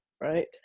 right